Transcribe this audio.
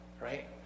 right